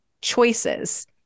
choices